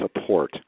support